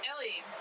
Ellie